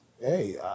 Hey